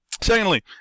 secondly